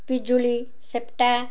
ପିଜୁଳି ସେପ୍ଟା